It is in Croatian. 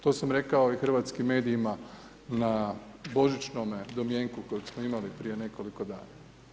To sam rekao i hrvatskim medijima na božićnome domjenku kojeg smo imali prije nekoliko dana.